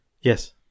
Yes